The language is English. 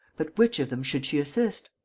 but which of them should she assist?